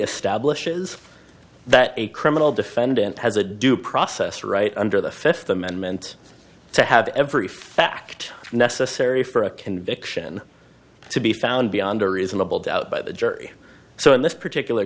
establishes that a criminal defendant has a due process right under the fifth amendment to have every fact necessary for a conviction to be found beyond a reasonable doubt by the jury so in this particular